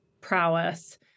prowess